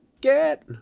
get